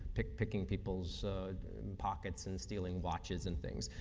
picking picking people's pockets and stealing watches and things,